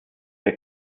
der